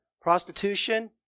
prostitution